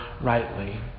rightly